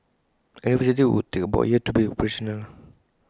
A new facility would take about A year to be operational